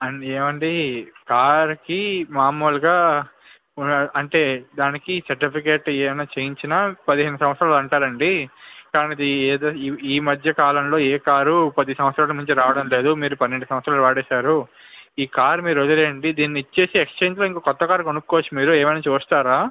ఏమండి కారుకి మామూలుగా అంటే దానికి సర్టిఫికేట్ ఏమైనా చేయించిన పదిహేను సంవత్సరాలు ఉంటుంది అండి కానీ ఇది ఏదో ఈమధ్య కాలంలో ఏ కారు పది సంవత్సరాలకు మించి రావడం లేదు మీరు పన్నెండు సంవత్సరాలు వాడేసారు ఈ కారు మీరు వదిలేయండి దీన్ని ఇచ్చేసి ఎక్స్ఛేంజ్లో ఇంకొ క్రొత్త కారు కొనుక్కోవచ్చు మీరు ఏమైనా చూస్తారా